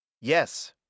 Yes